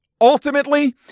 ultimately